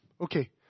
Okay